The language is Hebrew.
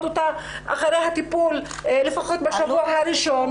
אותה אחרי הטיפול לפחות בשבוע הראשון.